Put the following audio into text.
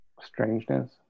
strangeness